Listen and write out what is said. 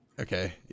Okay